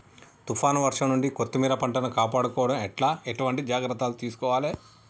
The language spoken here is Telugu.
తుఫాన్ వర్షం నుండి కొత్తిమీర పంటను కాపాడుకోవడం ఎట్ల ఎటువంటి జాగ్రత్తలు తీసుకోవాలే?